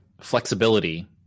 flexibility